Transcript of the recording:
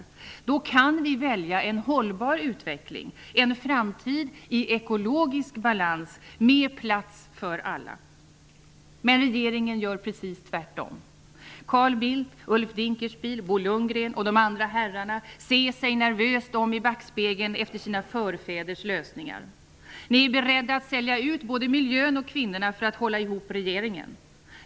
Om vi vill kan vi välja en hållbar utveckling, en framtid i ekologisk balans, med plats för alla. Regeringen gör precis tvärtom. Carl Bildt, Ulf Dinkelspiel, Bo Lundgren och de andra herrarna ser sig nervöst om i backspegeln efter sina förfäders lösningar. Ni är beredda att sälja ut både miljön och kvinnorna för att hålla ihop regeringen.